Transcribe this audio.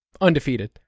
undefeated